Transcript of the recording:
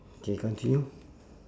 K continue